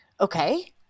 Okay